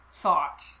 thought